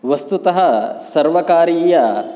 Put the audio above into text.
वस्तुतः सर्वकारीय